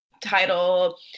title